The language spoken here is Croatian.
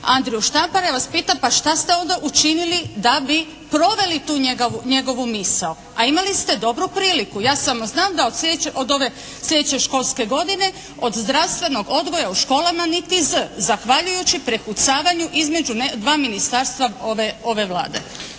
Andriju Štampara, ja vas pitam pa šta ste onda učinili da bi prodali tu njegovu misao, a imali ste dobru priliku. Ja samo znam da ove sljedeće školske godine od zdravstvenog odgoja u školama niti z, zahvaljujući prepucavanju između dva ministarstva ove Vlade.